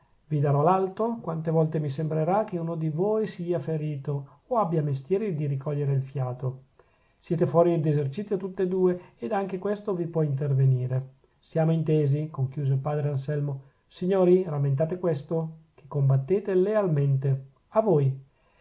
vi darò l'alto quante volte mi sembrerà che uno di voi sia ferito o abbia mestieri di ricogliere il fiato siete fuori d'esercizio tutt'e due ed anche questo vi può intervenire siamo intesi conchiuse il padre anselmo signori rammentate questo che combattete lealmente a voi